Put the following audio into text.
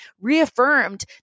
reaffirmed